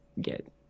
get